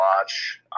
watch